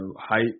height